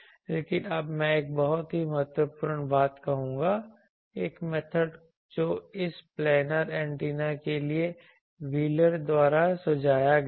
लेकिन अब मैं एक बहुत ही महत्वपूर्ण बात कहूंगा एक मेथड जो इस प्लानर एंटेना के लिए व्हीलर द्वारा सुझाया गया था